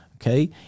Okay